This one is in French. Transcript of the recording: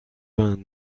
vingt